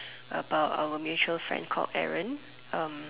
about our mutual friend called Aaron